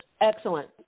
Excellent